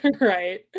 right